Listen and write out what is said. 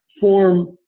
form